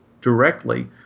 directly